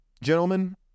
Gentlemen